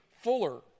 fuller